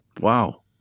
Wow